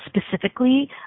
specifically